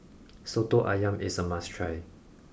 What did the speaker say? Soto Ayam is a must try